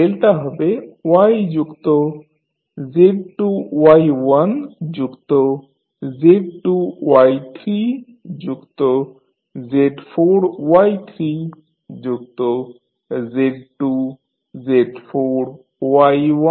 delta হবে 1 যুক্ত Z2 Y1 যুক্ত Z2 Y3 যুক্ত Z4 Y3 যুক্ত Z2 Z4 Y1 Y3